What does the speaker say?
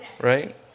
Right